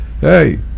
hey